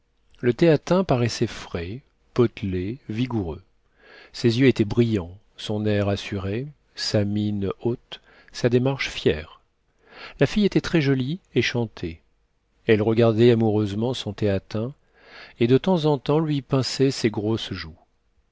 le théatin paraissait frais potelé vigoureux ses yeux étaient brillants son air assuré sa mine haute sa démarche fière la fille était très jolie et chantait elle regardait amoureusement son théatin et de temps en temps lui pinçait ses grosses joues